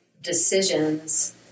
decisions